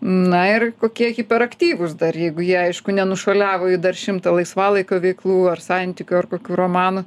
na ir kokie hiperaktyvūs dar jeigu jie aišku nenušuoliavo į dar šimtą laisvalaikio veiklų ar santykių ar kokių romanų